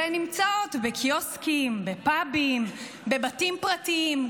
והן נמצאות בקיוסקים, בפאבים, בבתים פרטיים.